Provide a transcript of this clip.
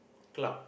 club